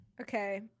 Okay